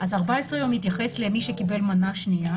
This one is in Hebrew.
אז 14 יום מתייחס למי שקיבל מנה שנייה